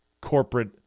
corporate